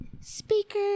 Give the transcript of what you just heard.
speaker